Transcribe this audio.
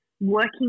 working